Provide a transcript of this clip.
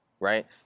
Right